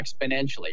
exponentially